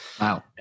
Wow